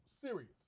serious